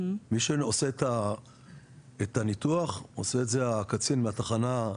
מי שעושה את הניתוח עושה את זה הקצין מהתחנה,